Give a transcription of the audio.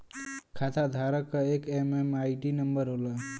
खाताधारक क एक एम.एम.आई.डी नंबर होला